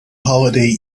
holiday